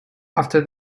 after